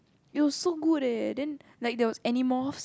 it was so good leh then like there was Animals